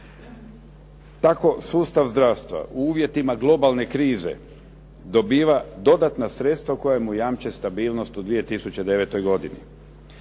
Tako sustav zdravstva u uvjetima globalne krize dobiva dodatna sredstva koja mu jamče stabilnost u 2009. godini.